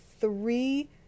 three